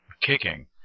kicking